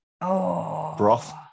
broth